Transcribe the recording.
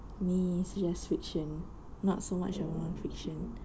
me is just fiction not so much of non fiction